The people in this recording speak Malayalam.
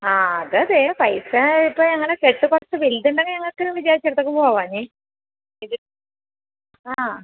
ആ അത് അതെ പൈസ ഇപ്പോൾ ഞങ്ങളെ കെട്ട് കുറച്ച് വലുത് ഉണ്ടെങ്കിൽ ഞങ്ങൾക്ക് വിചാരിച്ചടുത്തൊക്കെ പോവാൻ ഇത് ആ